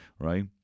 right